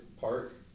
Park